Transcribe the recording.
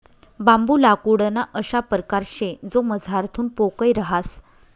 बांबू लाकूडना अशा परकार शे जो मझारथून पोकय रहास